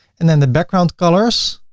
and then the background colors,